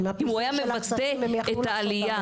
אם הוא היה מבטא את העלייה,